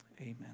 amen